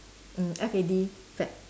mm F A D fad